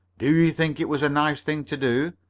do you think it was a nice thing to do?